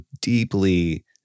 deeply